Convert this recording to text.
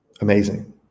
Amazing